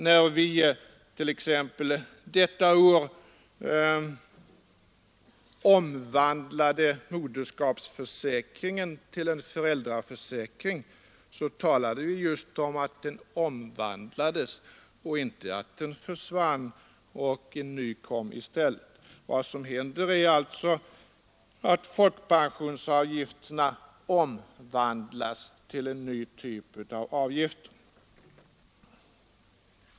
När vi t.ex. detta år omvandlade moderskapsförsäkringen till en föräldraförsäkring, så talade vi just om att den omvandlades och inte om att en försäkring försvann och en ny kom i stället. Vad som händer är alltså att folkpensionsavgiften omvandlas till ny typ av avgift.